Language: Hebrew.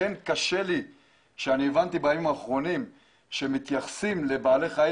קשה לי משום שהבנתי שמחזירים את בעלי החיים